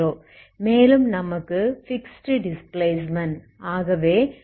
மேலும் நமக்கு fixed displacement